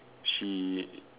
she